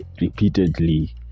repeatedly